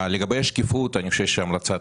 לגבי השקיפות, אני חושב שהמלצת